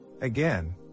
Again